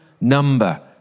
number